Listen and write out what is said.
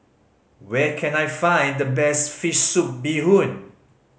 where can I find the best fish soup bee hoon